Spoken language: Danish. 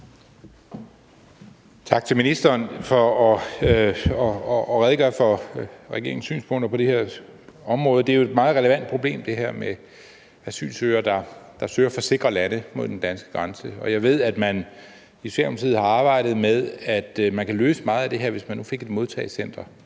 Tak til ministeren for at redegøre for regeringens synspunkter på det her område. Det er jo et meget relevant problem, det her med asylsøgere, der søger fra sikre lande mod den danske grænse. Og jeg ved, at man i Socialdemokratiet har arbejdet med ideen om, at man kan løse meget af det her, hvis man nu fik et modtagecenter